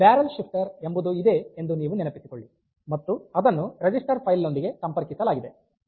barrel shifter ಎಂಬುದು ಇದೆ ಎಂದು ನೀವು ನೆನಪಿಸಿಕೊಳ್ಳಿ ಮತ್ತು ಅದನ್ನು ರಿಜಿಸ್ಟರ್ ಫೈಲ್ ನೊಂದಿಗೆ ಸಂಪರ್ಕಿಸಲಾಗಿದೆ